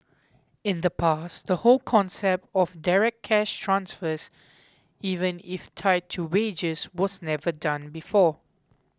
in the past the whole concept of direct cash transfers even if tied to wages was never done before